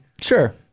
Sure